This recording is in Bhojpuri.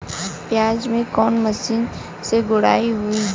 प्याज में कवने मशीन से गुड़ाई होई?